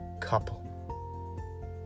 couple